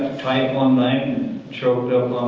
tight one night and choked up